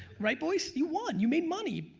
right boys? you won, you made money,